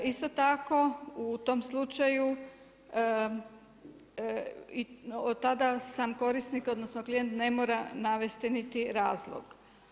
Isto tako, u tom slučaju, od tada sam korisnik, odnosno klijent ne mora navesti niti razlog.